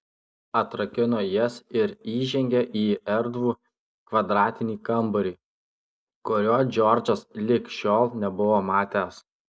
atrakino jas ir įžengė į erdvų kvadratinį kambarį kurio džordžas lig šiol nebuvo matęs